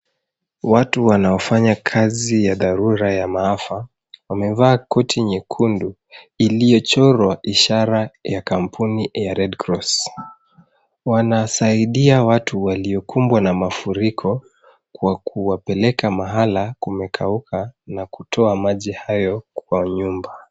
Watu wanaofanya kazi ya dharura ya maafa wamevaa koti nyekundu iliyochorwa ishara ya kampuni ya red cross . Wanasaidia watu waliokumbwa na mafuriko kwa kuwapeleka mahala kumekauka na kutoa maji hayo kwa nyumba.